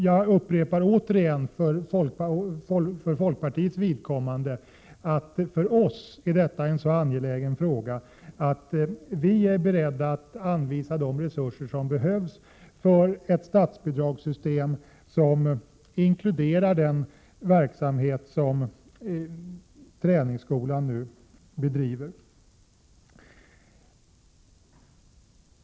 Jag upprepar återigen: För folkpartiets vidkommande är detta en så angelägen fråga att vi är beredda att anvisa de resurser som behövs för ett statsbidragssystem som inkluderar den verksamhet som träningsskolan bedriver.